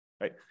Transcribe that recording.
right